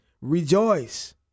Rejoice